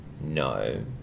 no